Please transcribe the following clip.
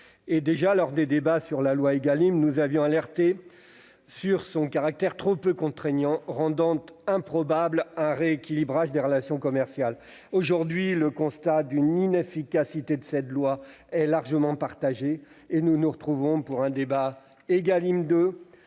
le cadre des débats sur la loi Égalim, nous avions alerté sur le caractère trop peu contraignant de ce texte, ce qui rendait improbable un rééquilibrage des relations commerciales. Aujourd'hui, le constat de l'inefficacité de cette loi est largement partagé, et nous nous retrouvons pour un débat Égalim 2,